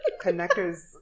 connectors